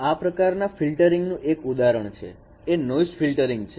આ પ્રકારના ફિલ્ટરિંગ નું એક ઉદાહરણ એ નોઈસ ફિલ્ટરિંગ છે